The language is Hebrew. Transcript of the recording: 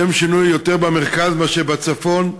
לשם שינוי, יותר במרכז מאשר בצפון.